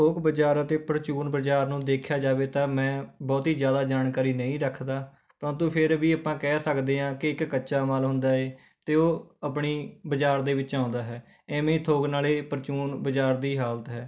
ਥੋਕ ਬਾਜ਼ਾਰ ਅਤੇ ਪ੍ਰਚੂਨ ਬਾਜ਼ਾਰ ਨੂੰ ਦੇਖਿਆ ਜਾਵੇ ਤਾਂ ਮੈਂ ਬਹੁਤੀ ਜ਼ਿਆਦਾ ਜਾਣਕਾਰੀ ਨਹੀਂ ਰੱਖਦਾ ਪ੍ਰੰਤੂ ਫਿਰ ਵੀ ਆਪਾਂ ਕਹਿ ਸਕਦੇ ਹਾਂ ਕਿ ਇੱਕ ਕੱਚਾ ਮਾਲ ਹੁੰਦਾ ਹੈ ਅਤੇ ਉਹ ਆਪਣੀ ਬਾਜ਼ਾਰ ਦੇ ਵਿੱਚ ਆਉਂਦਾ ਹੈ ਐਵੇਂ ਹੀ ਥੋਕ ਨਾਲੇ ਪ੍ਰਚੂਨ ਬਾਜ਼ਾਰ ਦੀ ਹਾਲਤ ਹੈ